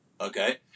okay